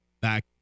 back